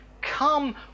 Come